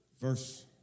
Verse